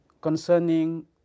concerning